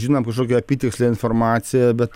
žinom kažkokią apytikslę informaciją bet